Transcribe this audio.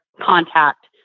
contact